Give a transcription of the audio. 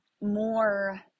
more